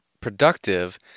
productive